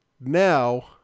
Now